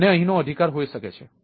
મને અહીં નો અધિકાર હોઈ શકે છે